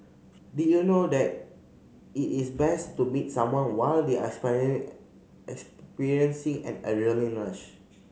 did you know that it is best to meet someone while they are experiencing an adrenaline rush